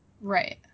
Right